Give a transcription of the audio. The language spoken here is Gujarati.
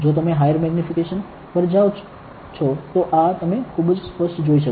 જો તમે હાયર મેગ્નિફિકેશન પર જાઓ તો આ તમે ખૂબ વધુ સ્પષ્ટ જોઈ શકો છો